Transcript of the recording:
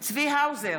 בהצבעה צבי האוזר,